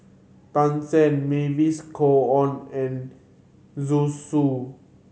Tan Shen Mavis Khoo Oei and Zhu Xu